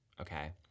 Okay